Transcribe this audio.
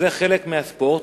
זה חלק מהספורט.